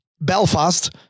Belfast